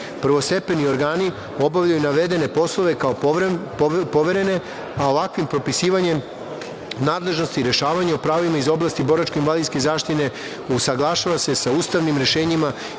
aktom. Prvostepeni organi obavljaju navedene poslove kao poverene, a ovakvim propisivanjem nadležnosti rešavanja o pravima iz oblasti boračko-invalidske zaštite usaglašava se sa ustavnim rešenjima i